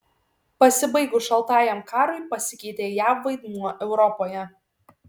pasibaigus šaltajam karui pasikeitė jav vaidmuo europoje